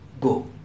go